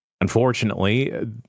unfortunately